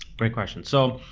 great question. so,